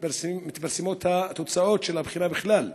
מתפרסמות התוצאות של הבחינה בכלל.